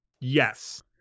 Yes